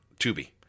Tubi